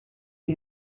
iyi